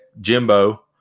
Jimbo